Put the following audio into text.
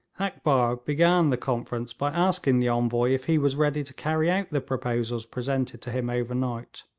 akbar began the conference by asking the envoy if he was ready to carry out the proposals presented to him overnight.